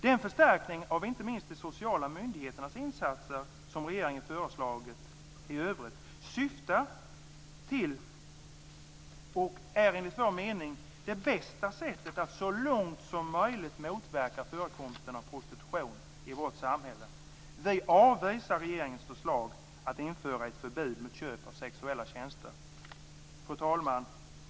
Den förstärkning av inte minst de sociala myndigheternas insatser som regeringens förslag i övrigt syftar till utgör enligt vår mening det bästa sättet att så långt som möjligt motverka förekomsten av prostitution i vårt samhälle. Vi avvisar regeringens förslag att införa ett förbud mot köp av sexuella tjänster. Fru talman!